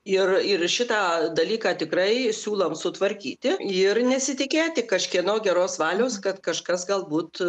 ir ir šitą dalyką tikrai siūlom sutvarkyti ir nesitikėti kažkieno geros valios kad kažkas galbūt